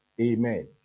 Amen